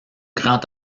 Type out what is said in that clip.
grand